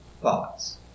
thoughts